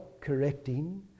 correcting